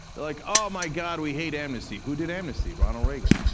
they're like, oh my god, we hate amnesty. who did amnesty? ronald reagan.